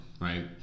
right